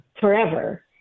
forever